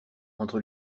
entre